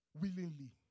willingly